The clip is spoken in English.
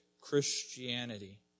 Christianity